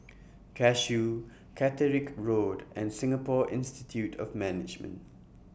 Cashew Catterick Road and Singapore Institute of Management